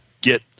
get –